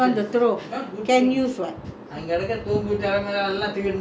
no lah those items which we can re~ reusable then we reuse